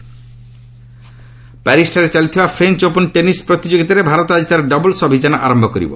French Open ପ୍ୟାରିସ୍ଠାରେ ଚାଲିଥିବା French Open tennis ପ୍ରତିଯୋଗିତାରେ ଭାରତ ଆକି ତା'ର ଡବଲ୍ସ ଅଭିଯାନ ଆରମ୍ଭ କରିବ